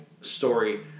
story